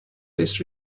less